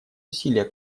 усилия